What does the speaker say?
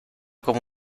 como